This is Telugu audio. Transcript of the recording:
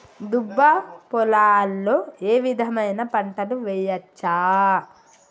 దుబ్బ పొలాల్లో ఏ విధమైన పంటలు వేయచ్చా?